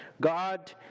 God